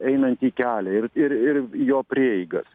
einantį kelią ir ir ir jo prieigas